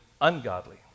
ungodly